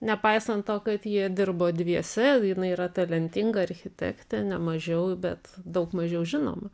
nepaisant to kad jie dirbo dviese jinai yra talentinga architektė ne mažiau bet daug mažiau žinoma